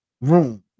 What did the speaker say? room